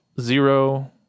zero